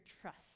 trust